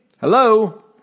Hello